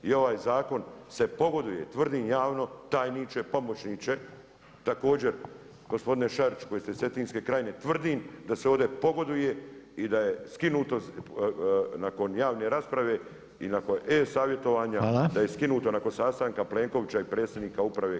I ovaj zakon se pogoduje, tvrdim javno tajniče, pomoćniče, također gospodine Šariću koji ste iz Cetinske krajine tvrdim da se ovdje pogoduje i da je skinuto nakon javne rasprave i nakon e-savjetovanja [[Upadica Reiner: Hvala.]] da je skinuto nakon sastanka Plenkovića i predsjednika Uprave HT-a.